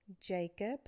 Jacob